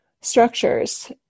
structures